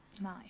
nice